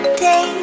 day